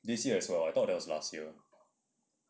this year as well I thought that was last year